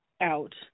out